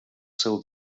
seu